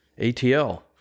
ATL